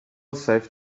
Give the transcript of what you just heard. saved